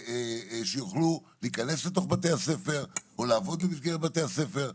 שיוכלו להיכנס לתוך בתי הספר או לעבוד במסגרת בתי הספר.